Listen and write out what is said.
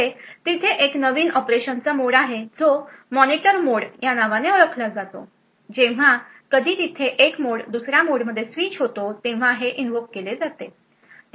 पुढे तिथे एक नवीन ऑपरेशनचा मोड आहे जो मॉनिटर मोड या नावाने ओळखला जातो जेव्हा कधी तिथे एक मोड दुसऱ्या मोडमध्ये स्विच होतो तेव्हा हे इनव्होक केले जाते